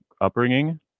upbringing